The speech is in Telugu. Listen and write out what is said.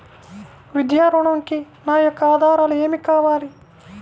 విద్యా ఋణంకి నా యొక్క ఆధారాలు ఏమి కావాలి?